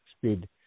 speed